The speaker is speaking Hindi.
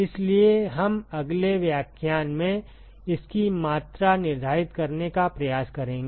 इसलिए हम अगले व्याख्यान में इसकी मात्रा निर्धारित करने का प्रयास करेंगे